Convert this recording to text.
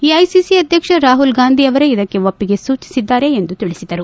AICC ಅಧ್ಯಕ್ಷ ರಾಹುಲ್ ಗಾಂಧಿಯವರೆ ಇದಕ್ಕೆ ಒಪ್ಪಿಗೆ ಸೂಚಿಸಿದ್ದಾರೆ ಎಂದು ತಿಳಿಸಿದರು